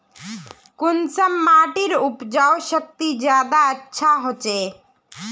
कुंसम माटिर उपजाऊ शक्ति ज्यादा अच्छा होचए?